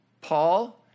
Paul